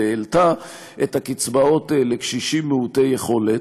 והעלתה את הקצבאות לקשישים מעוטי יכולת,